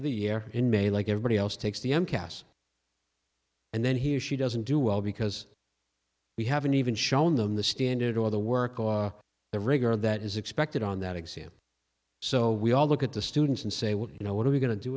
of the year in may like everybody else takes the m cas and then he or she doesn't do well because we haven't even shown them the standard or the work or the rigor that is expected on that exam so we all look at the students and say well you know what are we going to do